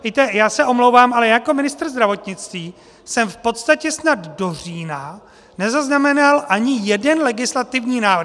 Víte, já se omlouvám, ale jako ministr zdravotnictví jsem v podstatě snad do října nezaznamenal ani jeden legislativní návrh.